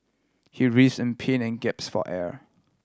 he writhed in pain and gaps for air